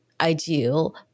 ideal